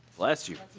bless you.